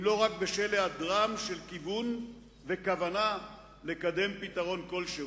לא רק בשל היעדרם של כיוון וכוונה לקדם פתרון כלשהו?